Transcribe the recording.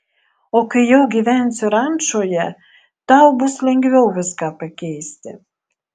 o kai jau gyvensiu rančoje tau bus lengviau viską pakeisti